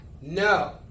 No